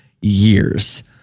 years